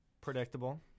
predictable